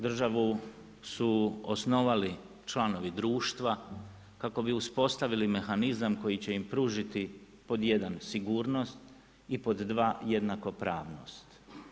Državu su osnovali članovi društva kako bi uspostavili mehanizam koji će im pružiti pod 1, sigurnost i pod 2, jednakopravnost.